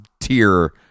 tier